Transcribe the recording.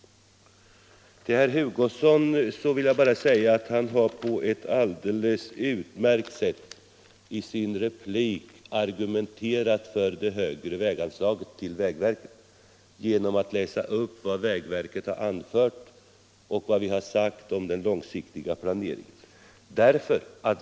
Till herr Hugosson vill jag bara säga att han i sin replik genom att läsa upp vad vägverket anfört om den långsiktiga planeringen på ett alldeles utmärkt sätt har argumenterat för det högre väganslaget till vägverket.